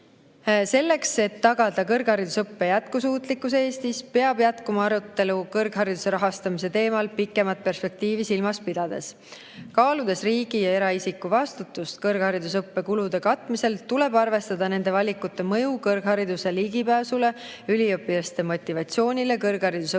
Selleks, et tagada kõrgharidusõppe jätkusuutlikkus Eestis, peab jätkuma arutelu kõrghariduse rahastamise teemal pikemat perspektiivi silmas pidades. Kaaludes riigi ja eraisiku vastutust kõrgharidusõppe kulude katmisel, tuleb arvestada nende valikute mõju kõrghariduse ligipääsule, üliõpilaste motivatsioonile kõrgharidusõppesse